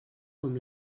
com